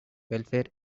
welfare